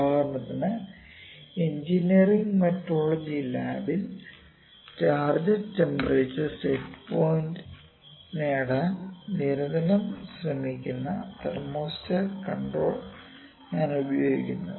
ഉദാഹരണത്തിന് engineering metrology ലാബിൽ target temperature set point നേടാൻ നിരന്തരം ശ്രമിക്കുന്ന തെർമോസ്റ്റാറ്റ് കൺട്രോളർ ഞാൻ ഉപയോഗിക്കുന്നു